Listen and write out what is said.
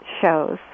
shows